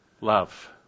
love